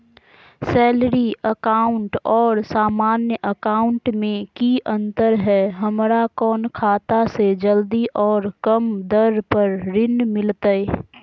Salary account और सामान्य account मे की अंतर है हमरा कौन खाता से जल्दी और कम दर पर ऋण मिलतय?